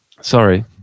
Sorry